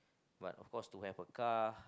but of cause to have a car